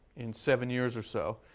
in seven years or so.